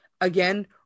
again